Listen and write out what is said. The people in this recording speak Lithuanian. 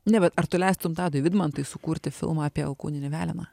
ne bet ar tu leistum tadui vidmantui sukurti filmą apie alkūninį veleną